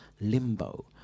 limbo